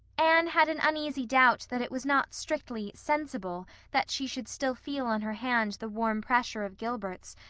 anne had an uneasy doubt that it was not strictly sensible that she should still feel on her hand the warm pressure of gilbert's,